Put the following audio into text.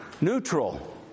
Neutral